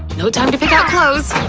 no time to pick out clothes!